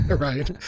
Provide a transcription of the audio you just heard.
Right